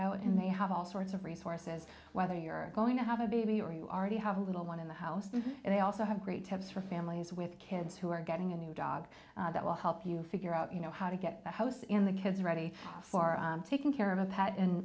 out and they have all sorts of resources whether you're going to have a baby or you already have a little one in the house and they also have great tips for families with kids who are getting a new dog that will help you figure out you know how to get the house in the kids ready for taking care of that and